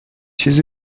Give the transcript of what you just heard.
چیزی